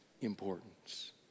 importance